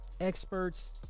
experts